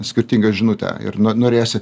skirtingą žinutę ir no norėjosi